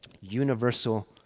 universal